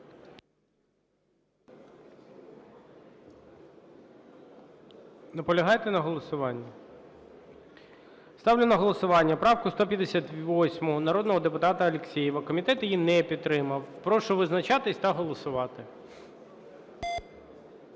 Наполягаєте на голосуванні? Ставлю на голосування правку 158 народного депутата Алєксєєва. Комітет її не підтримав. Прошу визначатись та голосувати.